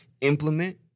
implement